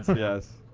yes.